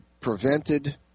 prevented